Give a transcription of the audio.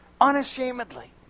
Unashamedly